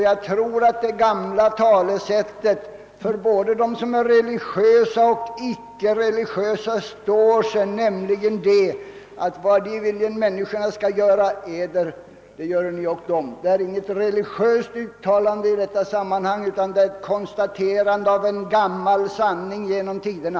Jag tror att det gamla talesättet för både dem som är religiösa och icke religiösa står sig, nämligen: » Allt vad I viljen att människorna skola göra Eder, det gören I ock dem!» Det är inget religiöst uttalande i detta sammanhang utan ett konstaterande av en gammal sanning som står sig genom tiderna.